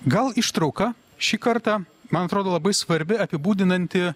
gal ištrauką šį kartą man atrodo labai svarbi apibūdinanti